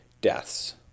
deaths